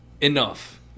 enough